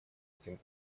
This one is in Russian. этим